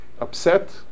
upset